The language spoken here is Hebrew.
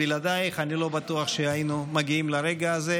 בלעדייך אני לא בטוח שהיינו מגיעים לרגע הזה,